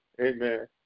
Amen